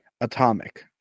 Atomic